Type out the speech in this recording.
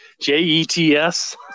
J-E-T-S